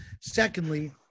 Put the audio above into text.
Secondly